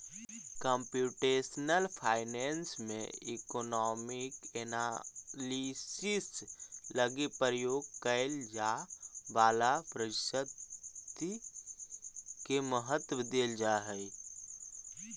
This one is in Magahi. कंप्यूटेशनल फाइनेंस में इकोनामिक एनालिसिस लगी प्रयोग कैल जाए वाला पद्धति के महत्व देल जा हई